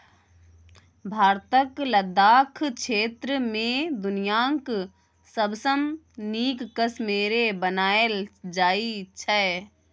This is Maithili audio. भारतक लद्दाख क्षेत्र मे दुनियाँक सबसँ नीक कश्मेरे बनाएल जाइ छै